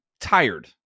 tired